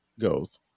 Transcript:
goes